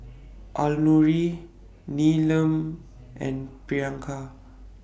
Alluri Neelam and Priyanka